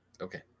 Okay